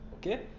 Okay